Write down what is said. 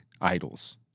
idols